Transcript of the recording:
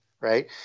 right